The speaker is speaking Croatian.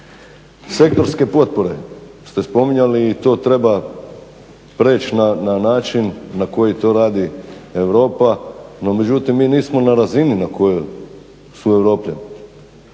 Sektorske potpore ste spominjali i to treba preći na način na koji to radi Europa, no međutim mi nismo na razini na kojoj su Europljani.